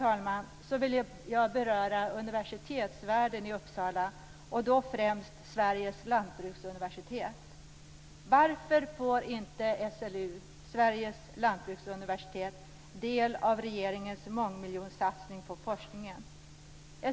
Till sist vill jag beröra universitetsvärlden i Uppsala, och då främst Sveriges lantbruksuniversitet. Varför får inte SLU del av regeringens mångmiljonsatsning på forskningen?